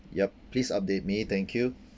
yup please update may thank you